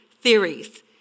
theories